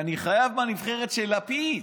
שאני חייב מהנבחרת של לפיד.